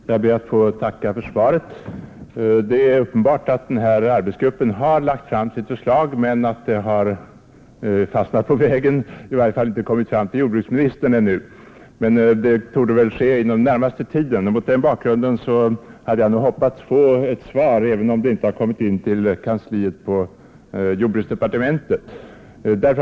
Herr talman! Jag ber att få tacka för svaret på min enkla fråga. Det är uppenbart att arbetsgruppen i fråga har lagt fram sitt förslag men att detta har fastnat på vägen och i varje fall inte ännu kommit fram till jordbruksministern. Så torde emellertid ske under den närmaste tiden. Jag hade nog hoppats på att få ett besked, även om arbetsgruppens förslag inte ännu kommit in till jordbruksdepartementets kansli.